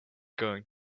going